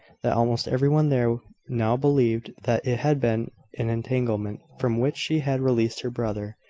that almost everyone there now believed that it had been an entanglement from which she had released her brother.